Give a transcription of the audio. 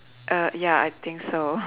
err ya I think so